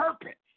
purpose